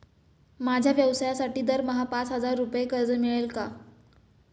माझ्या व्यवसायासाठी दरमहा पाच हजार रुपये कर्ज मिळेल का?